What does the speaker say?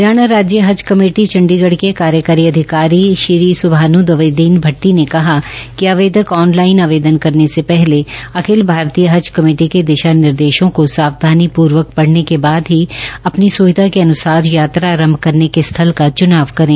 हरियाणा राज्य हज कमेटी चण्डीगढ़ के कार्यकारी अधिकारी श्री सुभानद्वीन भट्टी कहा कि आवेदक आनलाईन आवेदन करने से पहले अखिल भारतीय हज कमेटी के दिशा निर्देशों को सावधानी पूर्वक प ने के बाद ही अपनी सुविधा के अनुसार यात्रा आरंभ करने के स्थल का चूनाव करें